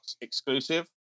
exclusive